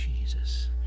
Jesus